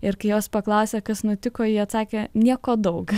ir kai jos paklausė kas nutiko ji atsakė nieko daug